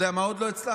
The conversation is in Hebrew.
יודע מה עוד לא הצלחנו?